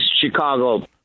Chicago